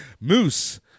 Moose